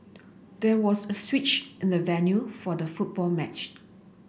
there was a switch in the venue for the football